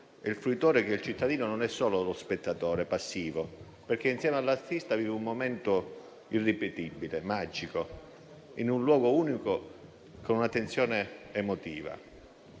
il fruitore, il cittadino, non è solo spettatore passivo, perché insieme all'artista vive un momento irripetibile, magico, in un luogo unico, con una tensione emotiva.